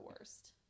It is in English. worst